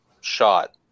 shot